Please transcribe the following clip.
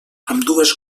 ambdues